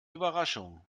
überraschung